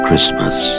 Christmas